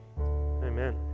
Amen